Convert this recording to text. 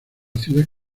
ciudad